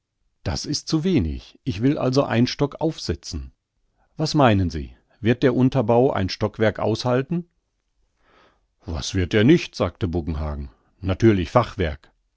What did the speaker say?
das ist zu wenig ich will also ein stock aufsetzen was meinen sie wird der unterbau ein stockwerk aushalten was wird er nicht sagte buggenhagen natürlich fachwerk